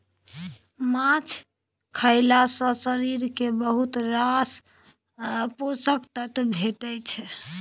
माछ खएला सँ शरीर केँ बहुत रास पोषक तत्व भेटै छै